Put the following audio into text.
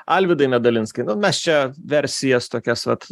alvydai medalinskai nu mes čia versijas tokias vat